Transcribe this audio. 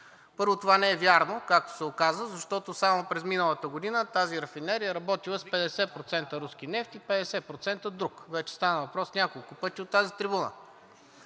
Първо, това не е вярно, както се оказа, защото само през миналата година тази рафинерия е работила с 50% руски нефт и 50% друг – вече стана въпрос няколко пъти от тази трибуна.